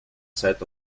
set